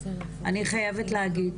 אני חייבת להגיד